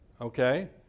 okay